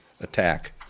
attack